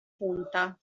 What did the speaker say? punta